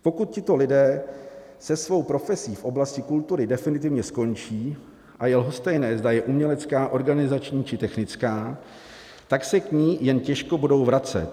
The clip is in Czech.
Pokud tito lidé se svou profesí v oblasti kultury definitivně skončí a je lhostejné, zda je umělecká, organizační, či technická tak se k ní jen těžko budou vracet.